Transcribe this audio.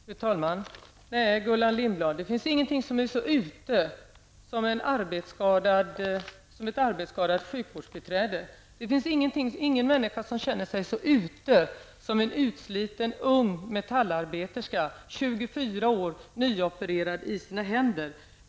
Fru talman! Nej, Gullan Lindblad, det finns ingenting som är så ute som ett arbetsskadat sjukvårdsbiträde. Det finns ingen människa som känner sig så ute som en utsliten ung metallarbeterska, 24 år, nyopererad i sina händer.